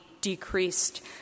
decreased